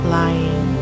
lying